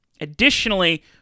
Additionally